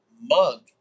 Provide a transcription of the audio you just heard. mug